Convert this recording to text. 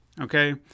okay